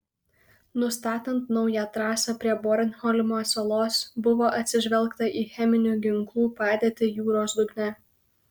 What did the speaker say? nustatant naują trasą prie bornholmo salos buvo atsižvelgta į cheminių ginklų padėtį jūros dugne